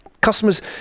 customers